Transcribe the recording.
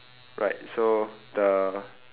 right so the